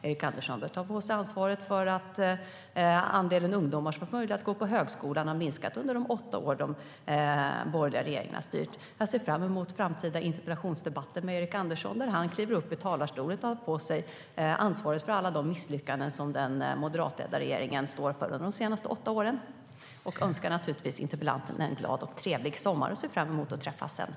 Erik Andersson bör ta på sig ansvaret för att andelen ungdomar som haft möjlighet att gå på högskola har minskat under de åtta år som de borgerliga regeringarna har styrt. Jag ser fram emot framtida interpellationsdebatter med Erik Andersson, där han kliver upp i talarstolen och tar på sig ansvaret för alla de misslyckanden som den moderatledda regeringen har stått för under de senaste åtta åren. Jag önskar naturligtvis interpellanten en glad och trevlig sommar och ser fram att träffas sedan.